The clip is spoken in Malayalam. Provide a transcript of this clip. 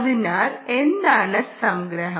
അതിനാൽ എന്താണ് സംഗ്രഹം